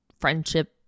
friendship